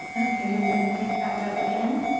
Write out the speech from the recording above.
okay. i'm going to pick back up again.